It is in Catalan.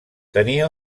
tenia